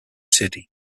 city